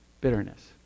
bitterness